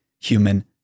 human